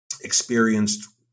experienced